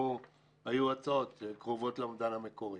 היו הצעות קרובות לאומדן המקורי,